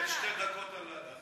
תספר על, תן שתי דקות על ההדחה.